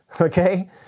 okay